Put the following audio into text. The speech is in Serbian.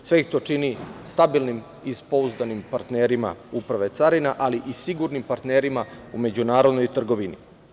Sve ih to čini stabilnim i pouzdanim partnerima Uprave carina, ali i sigurnim partnerima u međunarodnoj trgovini.